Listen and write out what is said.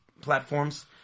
platforms